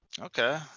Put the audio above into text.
Okay